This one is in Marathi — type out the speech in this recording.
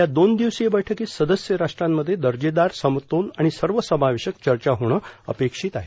या दोन दिवसीय बैठकीत सदस्य राष्ट्रांमध्ये दर्जेदार समतोल आणि सर्वसमावेशक चर्चा होणे अपेक्षित आहे